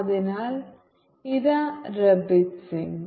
അതിനാൽ ഇതാ റബീത് സിംഗ്